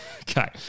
Okay